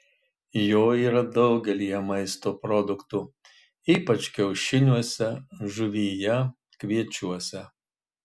jo yra daugelyje maisto produktų ypač kiaušiniuose žuvyje kviečiuose